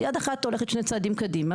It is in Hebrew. יד אחת הולכת שני צעדים קדימה,